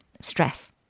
stress